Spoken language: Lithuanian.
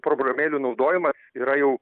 programėlių naudojima yra jau